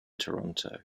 toronto